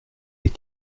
les